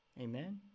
Amen